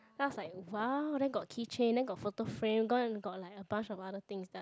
then I was like !wow! then got keychain then got photo frame then got like a bunch of other things that are like